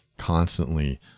constantly